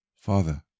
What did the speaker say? Father